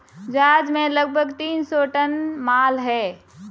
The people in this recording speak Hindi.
जहाज में लगभग तीन सौ टन माल है